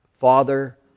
Father